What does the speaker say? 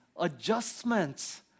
adjustments